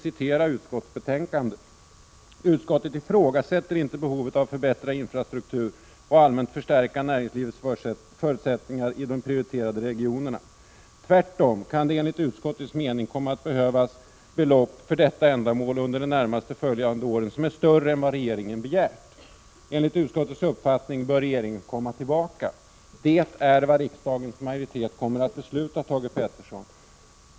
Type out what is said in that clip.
I utskottsbetänkandet står det: ”Utskottet ifrågasätter inte behovet av att förbättra infrastrukturen och allmänt förstärka näringslivets förutsättningar i de prioriterade regionerna. Tvärtom kan det enligt utskottets mening komma att behövas större belopp för detta ändamål under de närmast följande åren än regeringen begärt.” Enligt utskottets uppfattning bör regeringen komma tillbaka till riksdagen med förslag om särskilda insatser av detta slag. Det är vad riksdagens majoritet kommer att besluta, Thage Peterson!